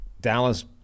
Dallas